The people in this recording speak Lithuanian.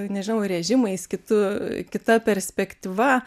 nežinau režimais kitu kita perspektyva